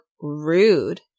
rude